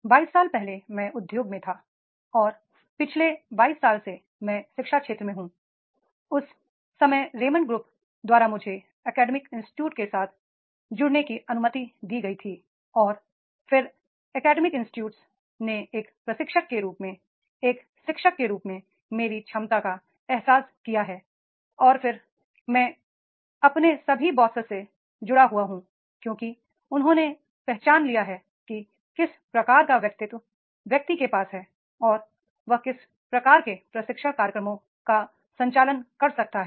22 साल पहले मैं उद्योग में था और पिछले 22 साल से मैं शिक्षा क्षेत्र में हूं उस समय रेमंड ग्रुप्स समूहों द्वारा मुझे एकेडमिक इंस्टीट्यूटके साथ जुड़े होने की अनुमति दी गई थी और फिर एकेडमिक इंस्टीट्यूटने एक प्रशिक्षक के रूप में एक शिक्षक के रूप में मेरी क्षमता का एहसास किया है और फिर भी मैं अपने सभी बॉस से जुड़ा हुआ हूं क्योंकि उन्होंने पहचान लिया है कि किस प्रकार का व्यक्तित्व व्यक्ति के पास है और वह किस प्रकार के प्रशिक्षण कार्यक्रमों का संचालन कर सकता है